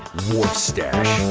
warfstache.